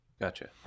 Gotcha